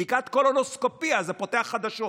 בדיקת קולונוסקופיה, זה פותח חדשות,